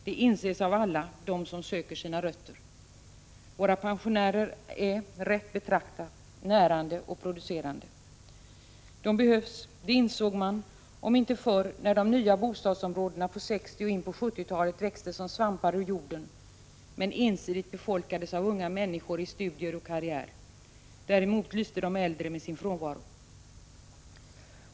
Det inses av alla dem som söker sina rötter. Våra pensionärer är att betrakta som närande och producerande. De behövs, det insåg man om inte förr så när de nya bostadsområdena på 1960 och in på 1970-talet växte som svampar ur jorden men ensidigt befolkades av unga människor i studier och karriär. Däremot lyste de äldre med sin frånvaro.